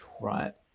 right